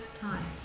times